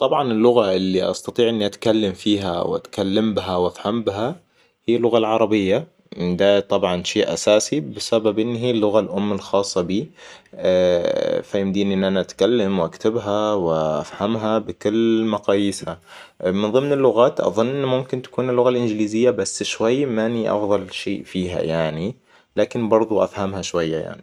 طبعاً اللغة اللي أستطيع إني اتكلم فيها وأتكلم بها وأفهم بها هي اللغة العربية ده طبعا شيء اساسي بسبب ان هي اللغة الام الخاصة به فيمديني إن أنا أتكلم واكتبها وافهمها بكل مقاييسها من ضمن اللغات أظن ممكن تكون اللغة بس شوي ماني أفضل شيء فيها يعني. لكن برضو أفهمها شوية يعني